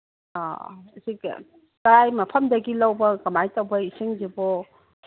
ꯑ ꯑ ꯀꯗꯥꯏ ꯃꯐꯝꯗꯒꯤ ꯂꯧꯕ ꯀꯔꯃꯥꯏ ꯇꯧꯕ ꯏꯁꯤꯡꯁꯤꯕꯣ